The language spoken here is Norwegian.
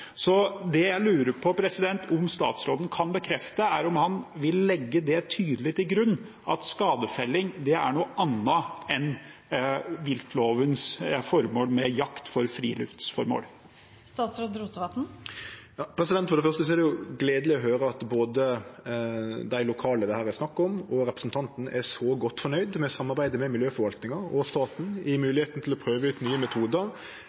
Så det jeg lurer på om statsråden kan bekrefte, er om han vil legge det tydelig til grunn: at skadefelling er noe annet enn jakt for fritidsformål. For det første er det gledeleg å høyre at både dei lokale det her er snakk om, og representanten er så godt fornøgde med samarbeidet med miljøforvaltninga og staten i moglegheita for å prøve ut nye